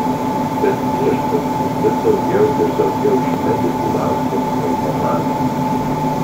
bet viešpatie vis daugiau ir daugiau iš medikų laukia eutanazijos